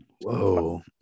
whoa